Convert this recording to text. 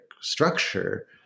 structure